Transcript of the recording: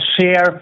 share